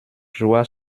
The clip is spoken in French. joua